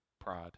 pride